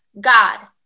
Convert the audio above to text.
God